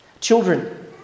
Children